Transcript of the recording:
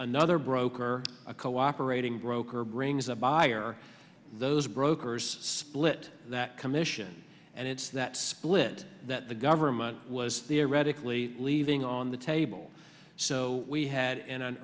another broker a cooperating broker brings a buyer those brokers split that commission and it's that split that the government was the a radically leaving on the table so we had an